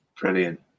brilliant